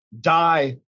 die